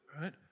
right